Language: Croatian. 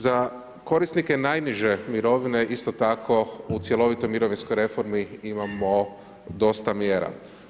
Za korisnike najniže mirovine isto tako u cjelovitoj mirovinskoj reformi imamo dosta mjera.